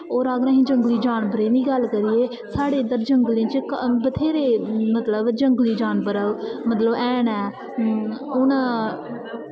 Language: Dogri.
होर अगर अस जंगली जानवरें दी गल्ल करिये साढ़े इत्थें जंगलें च बत्थेरे मतलब जंगली जानवर ऐ मतलब हैन न हून